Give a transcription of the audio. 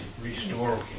Restore